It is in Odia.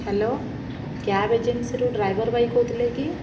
ହାଲୋ କ୍ୟାବ୍ ଏଜେନ୍ସିରୁ ଡ୍ରାଇଭର ଭାଇ କହୁଥିଲେ କି